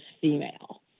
female